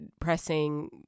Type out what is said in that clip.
pressing